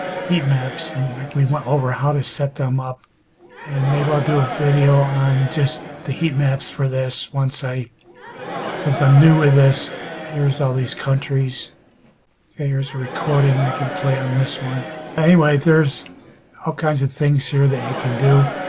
heat maps and we went over how to set them up and maybe i'll do a video on just the heat maps for this once i since i'm new with this here's all these countries okay here's a recording i can play on this one anyway there's all kinds of things here that you can do